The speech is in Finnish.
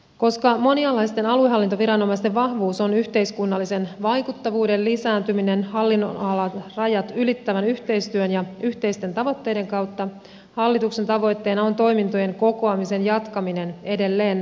koska monialaisten aluehallintoviranomaisten vahvuus on yhteiskunnallisen vaikuttavuuden lisääntyminen hallinnonalojen rajat ylittävän yhteistyön ja yhteisten tavoitteiden kautta hallituksen tavoitteena on toimintojen kokoamisen jatkaminen edelleen näihin viranomaisiin